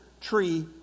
tree